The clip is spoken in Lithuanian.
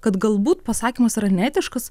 kad galbūt pasakymas yra neetiškas